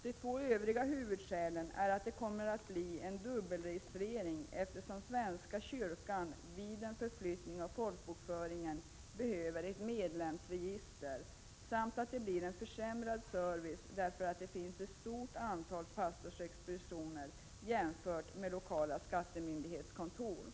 De två övriga huvudskälen är att det kommer att bli en dubbelregistrering, eftersom svenska kyrkan vid en flyttning av folkbokföringen behöver ett medlemsregister, samt att det blir en försämrad service, därför att det finns ett stort antal pastorsexpeditioner jämfört med lokala skattemyndighetens kontor.